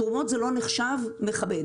תרומות זה לא נחשב מכבד.